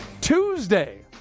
Tuesday